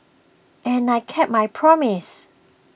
and I kept my promise